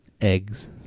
Eggs